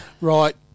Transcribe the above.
Right